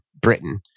Britain